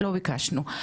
לא ביקשנו.